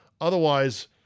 Otherwise